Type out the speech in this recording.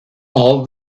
all